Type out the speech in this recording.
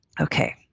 Okay